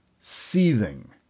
seething